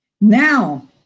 Now